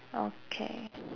okay